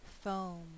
foam